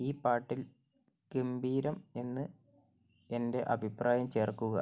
ഈ പാട്ടിൽ ഗംഭീരം എന്ന് എന്റെ അഭിപ്രായം ചേർക്കുക